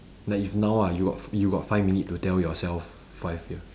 like if now ah you got you got five minute to tell yourself five year